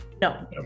No